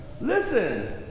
Listen